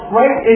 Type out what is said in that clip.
right